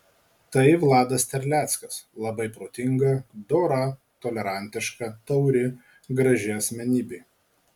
tai vladas terleckas labai protinga dora tolerantiška tauri graži asmenybė